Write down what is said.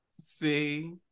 See